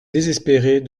désespérée